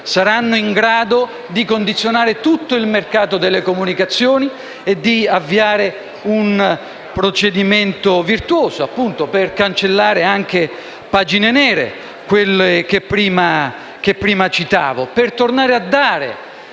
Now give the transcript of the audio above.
saranno in grado di condizionare tutto il mercato delle comunicazioni e di avviare un procedimento virtuoso per cancellare anche le pagine nere che prima ho citato. Per tornare a dare